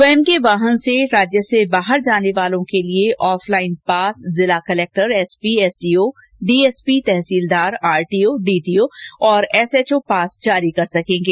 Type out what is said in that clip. स्वयं के वाहन से राज्य से बाहर जाने वालों के लिए ऑफलाइन पास जिला कलेक्टर एसपी एसडीओ डीएसपी तहसीलदार आरटीओ डीटीओ और एसएचओ पास जारी कर सकेंगे